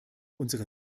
unsere